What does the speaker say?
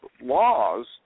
laws